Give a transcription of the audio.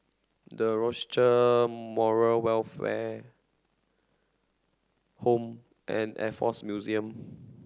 the Rochester Moral Welfare Home and Air Force Museum